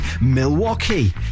Milwaukee